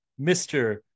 Mr